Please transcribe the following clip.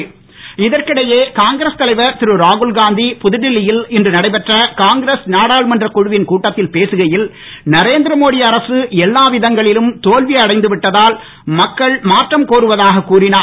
ராகுல் இதற்கிடையே காங்கிரஸ் தலைவர் திரு ராகுல்காந்தி புதுடெல்லியில் இன்று நடைபெற்ற காங்கிரஸ் நாடாளுமன்ற குழுவின் கூட்டத்தில் பேககையில் நரேந்திரமோடி அரசு எல்லா விதங்களிலும் தோல்வி அடைந்து விட்டதால் மக்கள் மாற்றம் கோருவதாக கூறினார்